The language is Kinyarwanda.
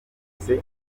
ahise